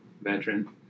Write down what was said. veteran